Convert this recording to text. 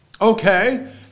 Okay